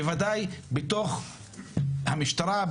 בוודאי בתוך המשטרה,